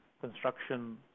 construction